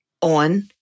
on